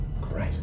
Great